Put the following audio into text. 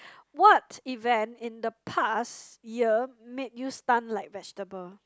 what event in the past year made you stun like vegetable